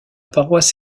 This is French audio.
paroisse